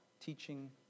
teaching